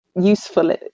useful